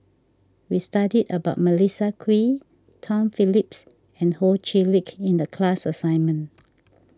we studied about Melissa Kwee Tom Phillips and Ho Chee Lick in the class assignment